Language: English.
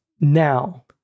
Now